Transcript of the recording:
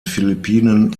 philippinen